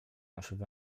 naszych